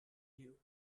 you